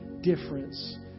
difference